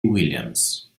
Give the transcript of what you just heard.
williams